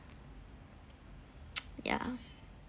yeah